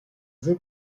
veux